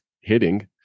hitting